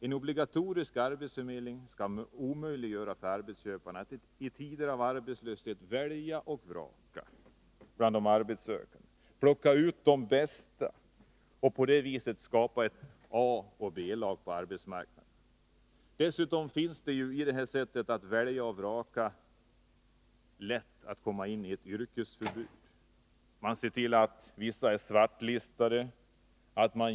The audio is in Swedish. En obligatorisk arbetsförmedling kan omöjliggöra för arbetsköparna att i tider av arbetslöshet välja och vraka bland de arbetssökande, att plocka ut de bästa och på det sättet skapa ett A och ett B-lag på arbetsmarknaden. När man tillämpar detta sätt att välja och vraka är det dessutom lätt för arbetssökande att komma in i yrkesförbud. Man ser till att vissa personer är svartlistade.